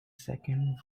second